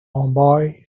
homeboy